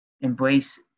embrace